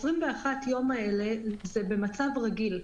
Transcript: ה-21 יום האלה זה במצב רגיל.